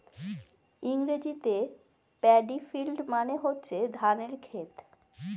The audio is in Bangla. ইংরেজিতে প্যাডি ফিল্ড মানে হচ্ছে ধানের ক্ষেত